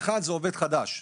זה עובד חדש,